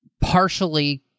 partially